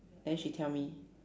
then she tell me